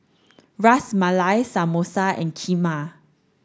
Ras Malai Samosa and Kheema